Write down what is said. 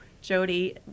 Jody